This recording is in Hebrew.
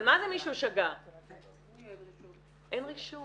את יודעת שאין רישום.